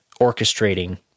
orchestrating